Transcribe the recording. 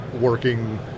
working